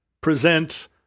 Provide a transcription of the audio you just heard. present